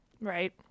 Right